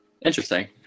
interesting